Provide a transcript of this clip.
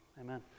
amen